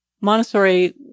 Montessori